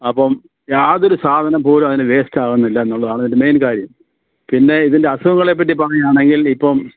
അപ്പോൾ യാതൊരു സാധനം പോലും അതിന് വേസ്റ്റ് ആവുന്നില്ല എന്നുള്ളതാണ് ഇതിൻ്റെ മെയിൻ കാര്യം പിന്നെ ഇതിൻ്റെ അസുഖങ്ങളെ പറ്റി പറയുകയാണെങ്കിൽ ഇപ്പോൾ